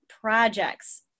projects